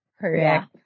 Correct